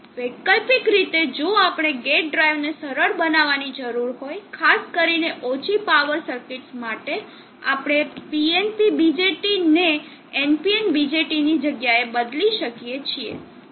વૈકલ્પિક રીતે જો આપણે ગેટ ડ્રાઇવને સરળ બનાવવાની જરૂર હોય ખાસ કરીને ઓછી પાવર સર્કિટ્સ માટે આપણે PNP BJT ને NPN BJT ની જગ્યાએ બદલી શકીએ